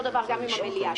אותו דבר גם עם המליאה.